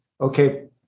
okay